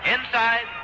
Inside